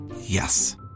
Yes